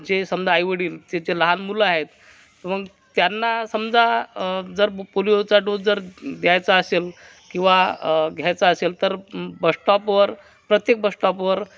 जे समजा आईवडील त्याच्या लहान मुलं आहेत मग त्यांना समजा जर ब पोलिओचा डोस जर द्यायचा असेल किंवा घ्यायचा असेल तर बशश्टॉपवर प्रत्येक बशश्टॉपवर